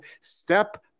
step